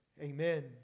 amen